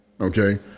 Okay